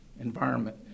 environment